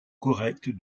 correct